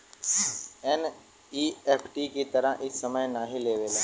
NEFT की तरह इ समय नाहीं लेवला